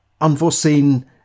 unforeseen